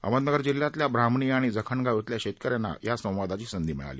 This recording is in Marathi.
अहमदनगर जिल्ह्यातल्या ब्राहमणी आणि जखणगाव इथल्या शेतक यांना या संवादाची संधी मिळाली